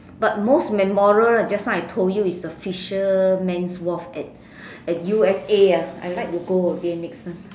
but most memorable just now I told you is the fisherman's wharf at at u_s_a ah I'd like to go again next time